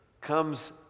comes